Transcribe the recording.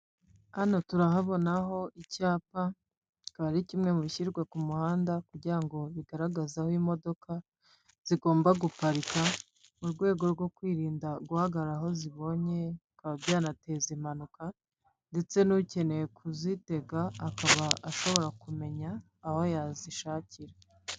Hano turahabonaho icyapa akaba ari kimwe mu bishyirwa ku muhanda kugira ngo bigaragaze aho imodoka zigomba guparika, mu rwego rwo kwirinda guhagarara aho zibonye bikaba byanateza impanuka ndetse n'ukeneye kuzitega akaba ashobora kumenya aho yazishakira,